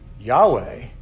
Yahweh